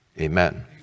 Amen